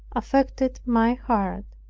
affected my heart.